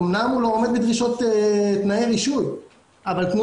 אמנם הוא לא עומד בדרישות תנאי רישוי אבל תנו